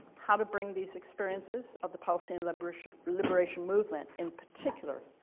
how to bring these experiences of the palestinian liberation liberation movement in particular,